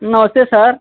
नमस्ते सर